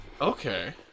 Okay